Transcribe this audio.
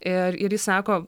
ir ir jis sako